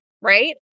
right